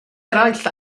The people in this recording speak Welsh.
eraill